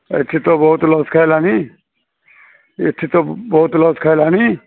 ଏଠି ତ ବହୁତ ଲସ୍ ଖାଇଲାଣି ଏଠି ତ ବହୁତ ଲସ୍ ଖାଇଲାଣି